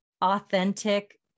authentic